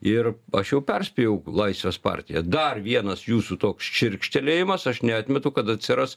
ir aš jau perspėjau laisvės partiją dar vienas jūsų toks čirkštelėjimas aš neatmetu kad atsiras